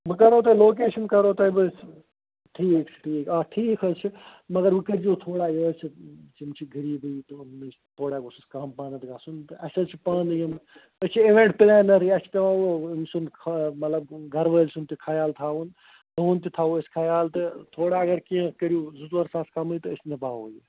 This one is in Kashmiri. بہٕ کَرَو تۅہہِ لوکیشَن کَرہو تۄہہِ بہٕ ٹھیٖک چھُ ٹھیٖک آ ٹھیٖک حظ چھُ مگر وۅنۍ کٔرۍزیٚو تھوڑا یہِ حظ چھِ یِم چھِ غریٖبٕے تھوڑا گوٚژھُس کم پہنتھ گژھُن تہٕ اَسہِ حظ چھُ پانہٕ یِم أسۍ چھِ اِوٮ۪نٹ پُلینَر اَسہِ چھُ پٮ۪وان وۅنۍ أمۍ سُنٛد خا مطلب گَرٕ وٲلۍ سُنٛد تہِ خیال تھاوُن تُہٕنٛد تہِ تھاوَو أسۍ خیال تہٕ تھوڑا اَگر کیٚنٛہہ کٔرِو زٕ ژور ساس کَمٕے تہٕ أسۍ نِباوَو یہِ